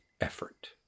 effort